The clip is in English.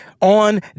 on